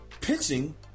pitching